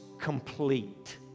complete